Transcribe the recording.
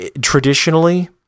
traditionally